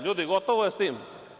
Ljudi, gotovo je sa tim.